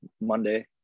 Monday